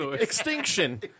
Extinction